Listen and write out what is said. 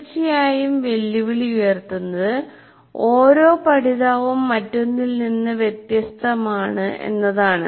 തീർച്ചയായും വെല്ലുവിളി ഉയർത്തുന്നത് ഓരോ പഠിതാവും മറ്റൊന്നിൽ നിന്ന് വ്യത്യസ്തമാണ് എന്നതാണ്